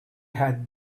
had